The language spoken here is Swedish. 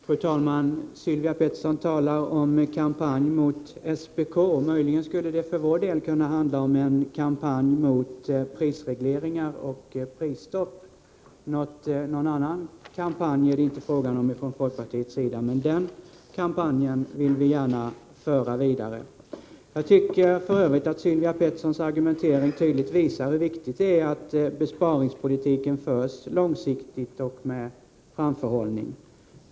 Fru talman! Sylvia Pettersson talar om kampanj mot SPK. Möjligen skulle det för vår del handla om en kampanj mot prisregleringar och prisstopp. Någon annan kampanj är det inte fråga om från folkpartiets sida. Det är en kampanj som vi gärna vill föra vidare. Jag tycker för övrigt att Sylvia Petterssons argument visar hur viktigt det är att besparingspolitiken förs långsiktigt och med framförhållning.